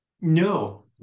No